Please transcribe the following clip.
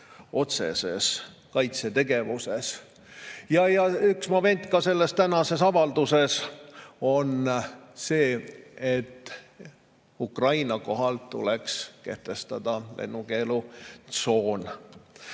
otsese kaitsetegevusena. Üks moment selles tänases avalduses on see, et Ukraina kohal tuleks kehtestada lennukeelutsoon